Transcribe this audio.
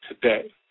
today